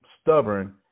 stubborn